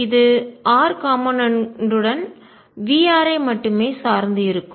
இது r காம்போனென்ட்டன்கூறு V ஐ மட்டுமே சார்ந்து இருக்கும்